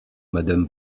madame